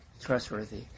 trustworthy